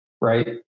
Right